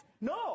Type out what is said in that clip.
No